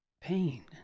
pain